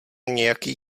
nějaký